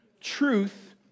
truth